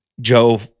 Joe